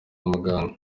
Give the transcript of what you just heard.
muganga